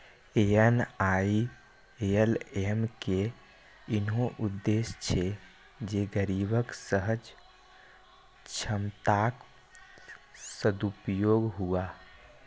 NRLM के इहो उद्देश्य छै जे गरीबक सहज क्षमताक सदुपयोग हुअय